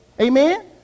Amen